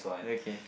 okay